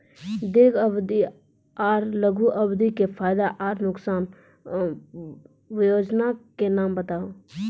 दीर्घ अवधि आर लघु अवधि के फायदा आर नुकसान? वयोजना के नाम बताऊ?